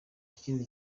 kindi